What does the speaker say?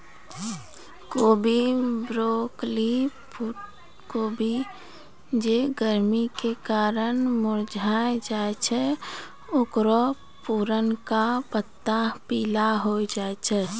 कोबी, ब्रोकली, फुलकोबी जे गरमी के कारण मुरझाय जाय छै ओकरो पुरनका पत्ता पीला होय जाय छै